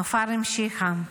נופר המשיכה,